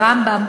ברמב"ם,